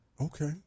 okay